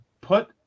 put